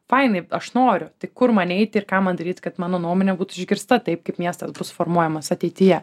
fainai aš noriu tai kur man eiti ir ką man daryt kad mano nuomonė būtų išgirsta taip kaip miestas bus formuojamas ateityje